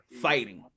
fighting